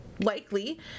Likely